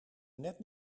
net